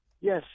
Yes